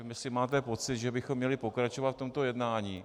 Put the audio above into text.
Jestli máte pocit, že bychom měli pokračovat v tomto jednání?